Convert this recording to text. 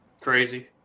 Crazy